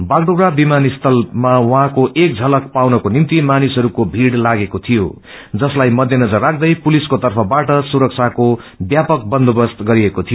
बाघडुप्रा विमानस्थलमा उहाको एक झलक पाउनको निम्ति मानिसहरूको भीड लागेको थियो जसला मध्यनजर राख्दै पुलिसको तर्फबाट सुरक्षाको व्यापक बन्दोबस्त गरिएको थियो